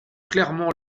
clairement